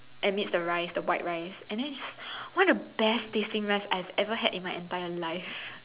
amidst the rice the white rice and then it's one of the best tasting rice I've ever had in my entire life